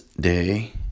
Day